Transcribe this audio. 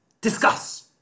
Discuss